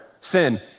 sin